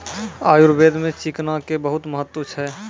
आयुर्वेद मॅ चिकना के बहुत महत्व छै